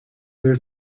their